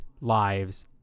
lives